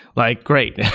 like great,